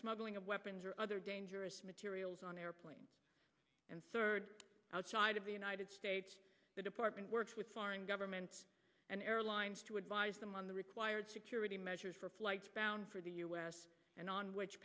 smuggling of weapons or other dangerous materials on airplanes and third outside of the united states the department works with foreign governments and airlines to advise them on the required security measures for flights bound for the u s and on which